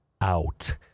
out